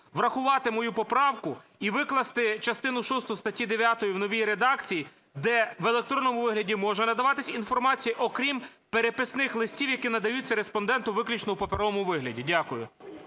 врахувати мою поправку і викласти частину шосту статті 9 в новій редакції, де в електронному вигляді може надаватись інформація, окрім переписних листів, які надаються респонденту виключно в паперовому вигляді. Дякую.